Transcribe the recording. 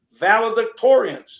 valedictorians